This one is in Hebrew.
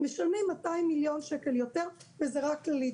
משלמים 200 מיליון שקל יותר וזה רק כללית.